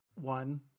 One